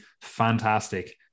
fantastic